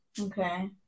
Okay